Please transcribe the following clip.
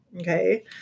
Okay